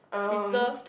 preserved